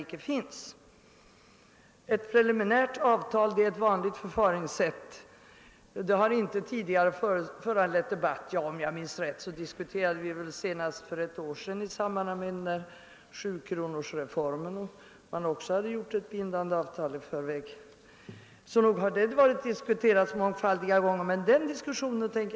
Att träffa ett preliminärt avtal är ett vanligt förfaringssätt som tidigare inte föranlett debatt, säger statsrådet. Vi hade dock en liknande debatt i samband med beslutet om den s.k. 7-kronorsreformen, då man också hade träffat ett bindande avtal i förväg. Men den saken, herr statsråd, tänker jag nu inte diskutera.